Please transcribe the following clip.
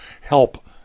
help